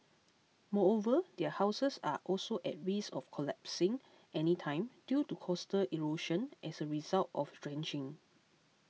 moreover their houses are also at risk of collapsing anytime due to coastal erosion as a result of dredging